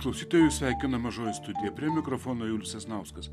klausytojus sveikina mažoji studija prie mikrofono julius sasnauskas